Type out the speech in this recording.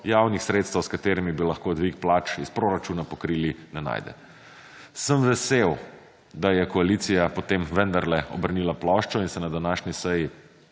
javnih sredstev, s katerimi bi lahko dvig plač iz proračuna pokrili, ne najde. Sem vesel, da je koalicija potem vendarle obrnila ploščo in se na današnji seji